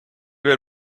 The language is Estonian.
veel